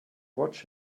watch